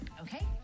okay